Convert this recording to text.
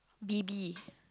B B